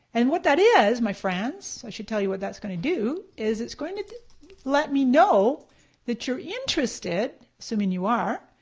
and what that is my friends, i should tell you what that's going to do, is it's going to to let me know that you're interested, assuming you are.